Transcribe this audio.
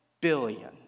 billion